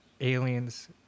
Aliens